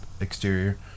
exterior